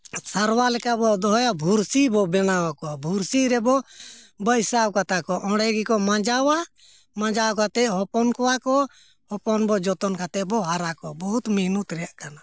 ᱥᱟᱨᱣᱟ ᱞᱮᱠᱟ ᱵᱚᱱ ᱫᱚᱦᱚᱭᱟ ᱵᱩᱨᱥᱤ ᱵᱚᱱ ᱵᱮᱱᱟᱣ ᱟᱠᱚᱣᱟ ᱵᱩᱨᱥᱤ ᱨᱮᱵᱚᱱ ᱵᱟᱹᱭᱥᱟᱹᱣ ᱠᱟᱛᱟ ᱠᱚᱣᱟ ᱚᱸᱰᱮ ᱜᱮᱠᱚ ᱢᱟᱡᱟᱣᱟ ᱢᱟᱡᱟᱣ ᱠᱟᱛᱮᱫ ᱦᱚᱯᱚᱱ ᱠᱚᱣᱟ ᱠᱚ ᱦᱚᱯᱚᱱ ᱵᱚᱱ ᱡᱚᱛᱚᱱ ᱠᱟᱛᱮᱫ ᱵᱚᱱ ᱦᱟᱨᱟ ᱠᱚᱣᱟ ᱵᱚᱦᱩᱛ ᱢᱤᱦᱱᱩᱛ ᱨᱮᱱᱟᱜ ᱠᱟᱱᱟ